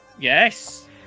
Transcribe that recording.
Yes